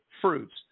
fruits